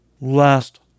Last